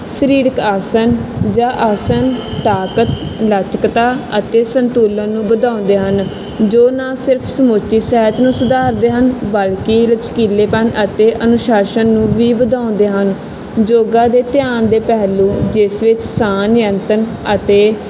ਸਰੀਰਕ ਆਸਨ ਜਾਂ ਆਸਨ ਤਾਕਤ ਲਚਕਤਾ ਅਤੇ ਸੰਤੁਲਨ ਨੂੰ ਵਧਾਉਂਦੇ ਹਨ ਜੋ ਨਾ ਸਿਰਫ਼ ਸਮੁੱਚੀ ਸਹਿਤ ਨੂੰ ਸੁਧਾਰਦੇ ਹਨ ਬਲਕਿ ਲਚਕੀਲੇਪਨ ਅਤੇ ਅਨੁਸ਼ਾਸਨ ਨੂੰ ਵੀ ਵਧਾਉਂਦੇ ਹਨ ਯੋਗਾ ਦੇ ਧਿਆਨ ਦੇ ਪਹਿਲੂ ਜਿਸ ਵਿੱਚ ਸਾਹ ਨਿਰੰਤਨ ਅਤੇ